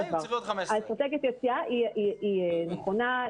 אסטרטגיית היציאה היא נכונה,